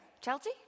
Chelsea